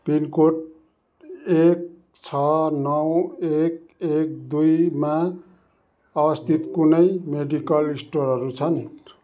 pin code एक छ नौ एक एक दुईमा अवस्थित कुनै मेडिकल स्टोरहरू छन्